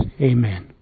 Amen